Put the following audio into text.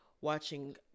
watching